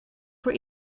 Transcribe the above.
voor